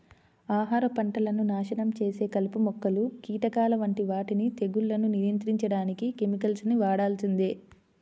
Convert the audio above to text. ఆహార పంటలను నాశనం చేసే కలుపు మొక్కలు, కీటకాల వంటి వాటిని తెగుళ్లను నియంత్రించడానికి కెమికల్స్ ని వాడాల్సిందే